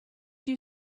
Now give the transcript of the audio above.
you